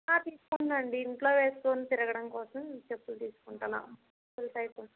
ఆ తీసుకుంటాను అండి ఇంట్లో వేసుకుని తిరగడం కోసం చెప్పులు తీసుకుంటాను ఫుల్ టైపు